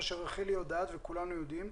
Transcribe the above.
מה שרחלי יודעת וכולנו יודעים,